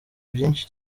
byinshi